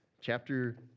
chapter